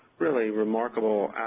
really remarkable